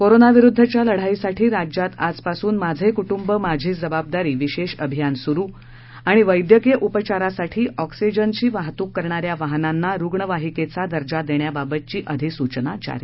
कोरोनाविरुद्धच्या लढाईसाठी राज्यात आजपासून माझे कुटुंब माझी जबाबदारी विशेष अभियान सुरु वैद्यकीय उपचारासाठी ऑक्सिजनची वाहतूक करणा या वाहनांना रुग्णवाहिकेचा दर्जा देण्याबाबतची अधिसूचना जारी